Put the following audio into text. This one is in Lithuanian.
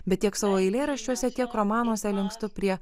bet tiek savo eilėraščiuose tiek romanuose linkstu prie